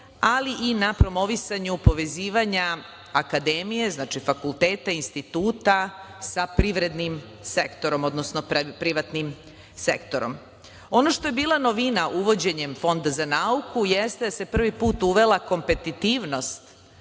ali i na promovisanju povezivanja akademije, znači fakulteta, instituta, sa privrednim sektorom, odnosno privatnim sektorom. Ono što je bila novina uvođenjem Fonda za nauku jeste da se prvi put uvela kompetitivnost